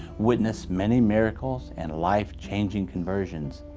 witnessed many miracles and life-changing conversions.